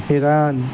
Iran